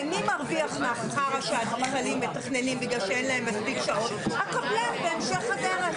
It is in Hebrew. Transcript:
יכול להיות שעוד קודם, אבל הכי גרוע